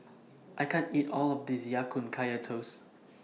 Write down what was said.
I can't eat All of This Ya Kun Kaya Toast